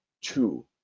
two